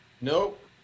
Nope